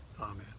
Amen